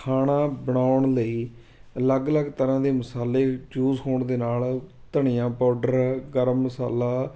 ਖਾਣਾ ਬਣਾਉਣ ਲਈ ਅਲੱਗ ਅਲੱਗ ਤਰ੍ਹਾਂ ਦੇ ਮਸਾਲੇ ਯੂਜ਼ ਹੋਣ ਦੇ ਨਾਲ ਧਨੀਆ ਪਾਊਡਰ ਗਰਮ ਮਸਾਲਾ